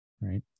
right